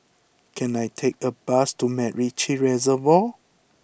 can I take a bus to MacRitchie Reservoir